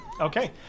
okay